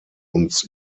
uns